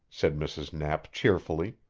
said mrs. knapp cheerfully,